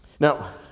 Now